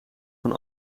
van